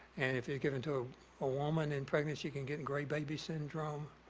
and if they're given to a woman and pregnancy, she can get and gray baby syndrome.